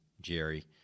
Jerry